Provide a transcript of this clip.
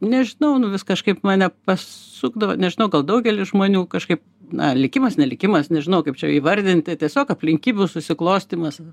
nežinau nu vis kažkaip mane pasukdavo nežinau gal daugelis žmonių kažkaip na likimas ne likimas nežinau kaip čia įvardinti tiesiog aplinkybių susiklostymas